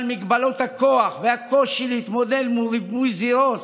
מגבלות הכוח ועל הקושי להתמודד עם ריבוי זירות